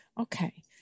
Okay